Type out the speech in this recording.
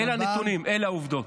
אלה הנתונים, אלה העובדות.